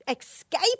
escape